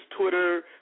Twitter